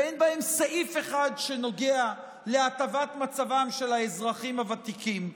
ואין בהם סעיף אחד שנוגע להטבת מצבם של האזרחים הוותיקים.